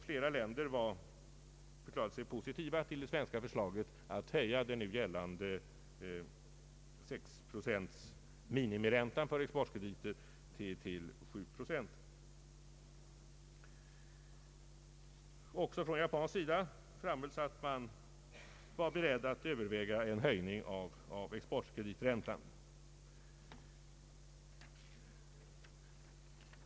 Flera länder förklarade sig positiva till det svenska förslaget att höja den nu gällande minimiräntan 6 procent på exportkrediter till 7 procent. Även från japansk sida framhölls att man var beredd att överväga en höjning av exportkrediträntan.